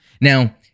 Now